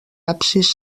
absis